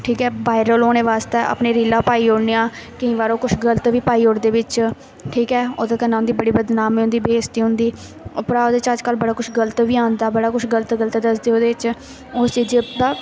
ठीक ऐ वायरल होने बास्तै अपनी रीलां पाई ओड़ने आं केईं बार ओह् कुछ गल्त बी पाई ओड़दे बिच्च ठीक ऐ ओह्दे कन्नै उं'दी बड़ी बदनामी होंदी बेसती होंदी उप्परा ओह्दे च अजकल्ल बड़ा कुछ गल्त बी औंदा बड़ा कुछ गल्त गल्त दसदे ओह्दे च उस च